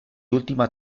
última